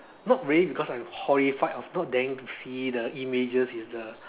not really because I am horrified or not daring to see the images is the